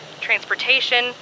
transportation